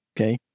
Okay